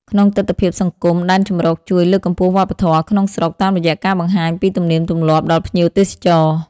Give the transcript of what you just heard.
ក្នុងទិដ្ឋភាពសង្គម ដែនជម្រកជួយ លើកកម្ពស់វប្បធម៌ ក្នុងស្រុក តាមរយៈការបង្ហាញពីទំនៀមទម្លាប់ដល់ភ្ញៀវទេសចរ។